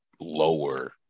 lower